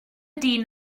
dyn